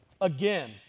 Again